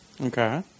okay